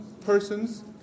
person's